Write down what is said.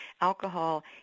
alcohol